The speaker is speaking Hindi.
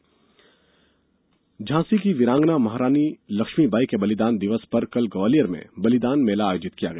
बलिदान दिवस झांसी की वीरांगना महारानी लक्ष्मीबाई के बलिदान दिवस पर कल ग्वालियर में बलिदान मेला आयोजित किया गया